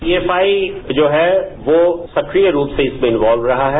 PFI जो है वो सक्रिय रूप से इसमें इनवॉल्व रहा है